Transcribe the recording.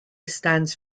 stands